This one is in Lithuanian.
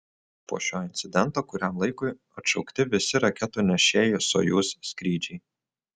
po šio incidento kuriam laikui atšaukti visi raketų nešėjų sojuz skrydžiai